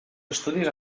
estudis